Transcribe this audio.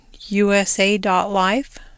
USA.life